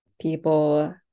people